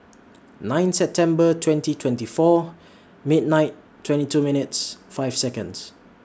nine September twenty twenty four Mint nine twenty two minutes five Seconds